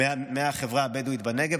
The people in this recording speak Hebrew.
מהחברה הבדואית בנגב,